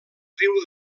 riu